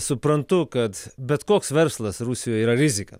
suprantu kad bet koks verslas rusijoje yra rizika